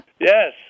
Yes